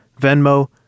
Venmo